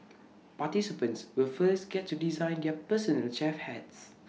participants will first get to design their personal chef hats